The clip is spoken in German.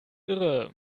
irre